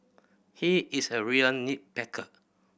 he is a real nit picker